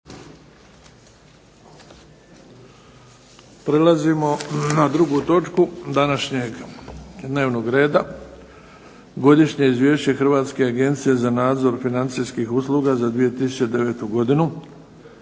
Prelazimo na 2. točku današnjeg dnevnog reda: - Godišnje izvješće Hrvatske agencije za nadzor financijskih usluga za 2009. godinu